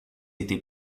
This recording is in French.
était